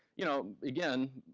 you know, again,